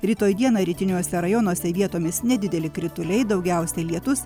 rytoj dieną rytiniuose rajonuose vietomis nedideli krituliai daugiausiai lietus